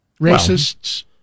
racists